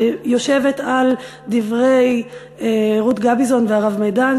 שיושבת על דברי רות גביזון והרב מדן,